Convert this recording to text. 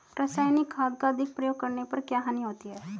रासायनिक खाद का अधिक प्रयोग करने पर क्या हानि होती है?